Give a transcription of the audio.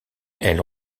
elle